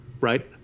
Right